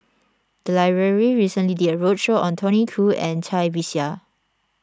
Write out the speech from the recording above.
the library recently did a roadshow on Tony Khoo and Cai Bixia